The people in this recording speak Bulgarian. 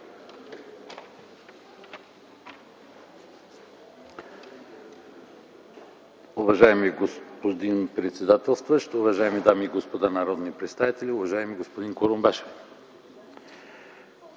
Уважаеми господин председател, уважаеми дами и господа народни представители, уважаеми господин Курумбашев!